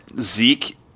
Zeke